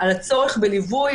על הצורך בליווי.